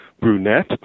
brunette